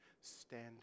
stand